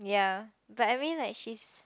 ya but I mean like she's